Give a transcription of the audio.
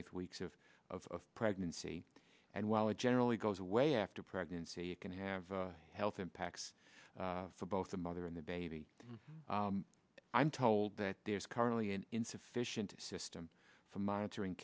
eighth weeks of of pregnancy and while it generally goes away after pregnancy you can have health impacts for both the mother and the baby i'm told that there's currently an insufficient system for monitoring